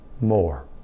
more